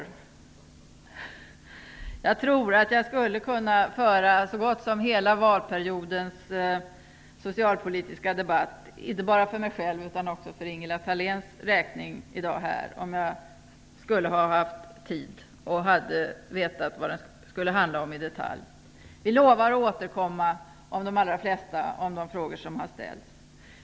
Om jag hade haft tid och om jag hade vetat i detalj vad frågorna skulle handla om skulle jag här i dag kunna föra så gott som hela valperiodens socialpolitiska debatt - inte bara i de frågor som jag själv har ansvaret för utan också dem som Ingela Thalén handlägger. Vi lovar att återkomma om de allra flesta av de frågor som har ställts.